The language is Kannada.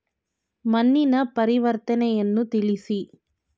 ಮಣ್ಣಿನ ಪರಿವರ್ತನೆಯನ್ನು ತಿಳಿಸಿ?